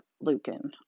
Lucan